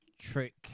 trick